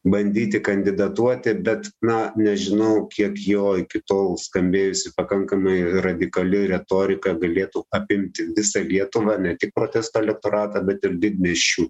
bandyti kandidatuoti bet na nežinau kiek jo iki tol skambėjusi pakankamai radikali retorika galėtų apimti visą lietuvą ne tik protesto elektoratą bet ir didmiesčių